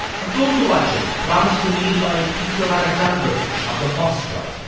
a gold watches promised to me by peter alexandrovitch out of moscow,